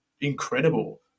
incredible